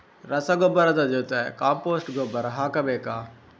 ರಸಗೊಬ್ಬರದ ಜೊತೆ ಕಾಂಪೋಸ್ಟ್ ಗೊಬ್ಬರ ಹಾಕಬೇಕಾ?